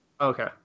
Okay